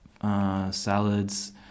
salads